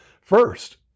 first